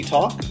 Talk